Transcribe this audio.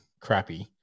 crappy